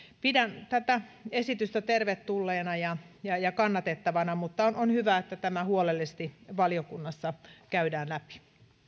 pidän tätä esitystä tervetulleena ja ja kannatettavana mutta on hyvä että tämä huolellisesti valiokunnassa käydään läpi